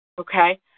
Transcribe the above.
okay